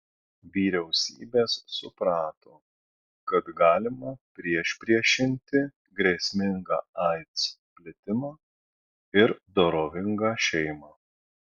vyriausybės suprato kad galima priešpriešinti grėsmingą aids plitimą ir dorovingą šeimą